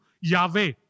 Yahweh